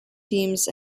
themes